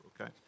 okay